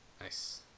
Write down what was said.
Nice